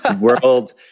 world